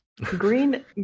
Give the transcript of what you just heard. green